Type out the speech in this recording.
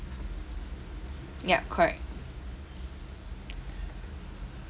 yup correct